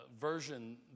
version